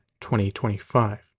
2025